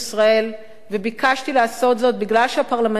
וביקשתי לעשות זאת בגלל שהפרלמנט האירופי היה אז